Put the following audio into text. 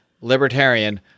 libertarian